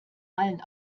allen